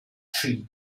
tree